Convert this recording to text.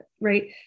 right